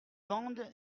vendent